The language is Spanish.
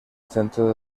centro